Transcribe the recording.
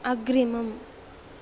अग्रिमम्